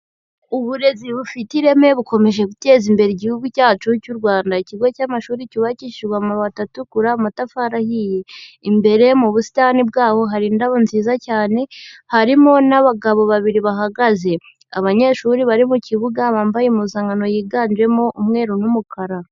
Uburezi bufite ireme bukomeje guteza imbere igihugu cyacu cy'u Rwanda. Ikigo cy'amashuri cyubakishijwe amabati atukura, amatafari ahiye. Imbere mu busitani bwaho hari indabo nziza cyane, harimo n'abagabo babiri bahagaze. Abanyeshuri bari mu kibuga bambaye impuzankano yiganjemo umweru n'umukara.